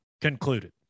concluded